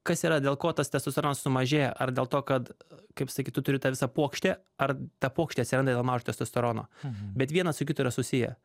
kas yra dėl ko tas testosteronas sumažėja ar dėl to kad kaip sakyt tu turi tą visą puokštę ar ta puokštė atsiranda dėl mažo testosterono bet vienas su kitu yra susiję